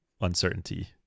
uncertainty